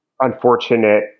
unfortunate